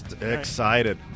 Excited